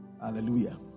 Hallelujah